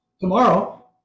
tomorrow